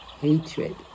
hatred